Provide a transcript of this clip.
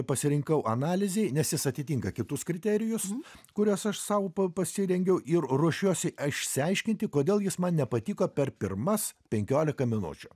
pasirinkau analizei nes jis atitinka kitus kriterijus kuriuos aš sau pa pasirengiau ir ruošiuosi išsiaiškinti kodėl jis man nepatiko per pirmas penkiolika minučių